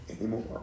anymore